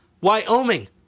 Wyoming